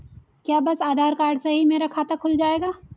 क्या बस आधार कार्ड से ही मेरा खाता खुल जाएगा?